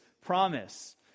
promise